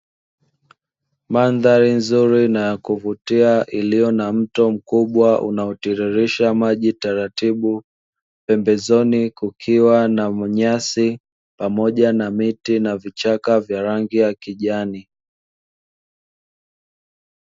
Mandhari nzuri na yakuvutia iliyo na mto mkubwa inayotiririsha maji pembezoni kukiwepo na vichaka pamoja na rangi ya kijani